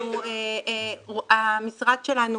המשרד שלנו,